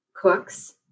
cooks